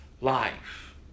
life